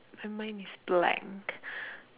my mind is blank